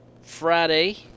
Friday